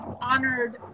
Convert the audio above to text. honored